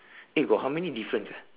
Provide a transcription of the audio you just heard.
eh got how many difference ah